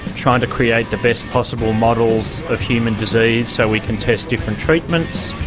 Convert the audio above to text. trying to create the best possible models of human disease so we can test different treatments.